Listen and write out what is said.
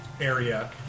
area